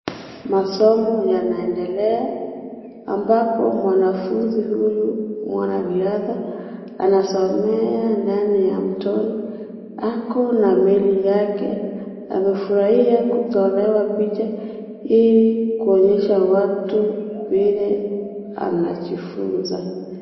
Masomo yanaendelea ambapo mwanafunzi huyu mwanariatha anasomea ndani ya mtoni. Ako na meli yake, amefurahia kutolewa picha Ili kuonyesha watu vile anajifunza.